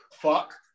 Fuck